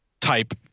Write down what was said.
type